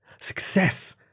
Success